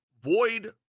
void